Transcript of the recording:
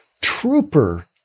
Trooper